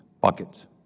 bucket